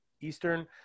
eastern